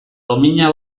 domina